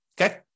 okay